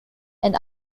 and